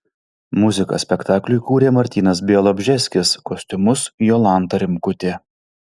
muziką spektakliui kūrė martynas bialobžeskis kostiumus jolanta rimkutė